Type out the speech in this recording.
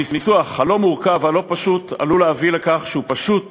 הניסוח הלא-מורכב והלא-פשוט עלול להביא לכך שהוא פשוט